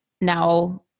now